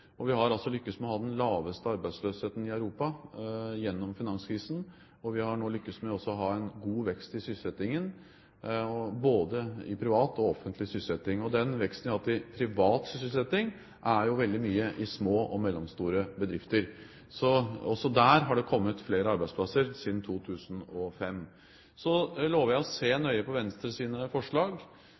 Vi har altså lyktes med å ha den laveste arbeidsløsheten i Europa gjennom finanskrisen, og vi har nå lyktes med å ha en god vekst i sysselsettingen, både i privat og offentlig sysselsetting. Og den veksten vi har hatt i privat sysselsetting, har veldig ofte skjedd i små og mellomstore bedrifter. Så også der har det kommet flere arbeidsplasser siden 2005. Jeg lover å se nøye på Venstres forslag.